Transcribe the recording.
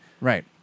right